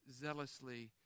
zealously